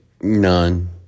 None